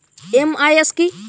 MIS কি?